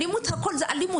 אלימות היא אלימות.